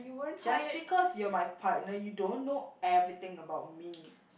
just because you're my partner you don't know everything about me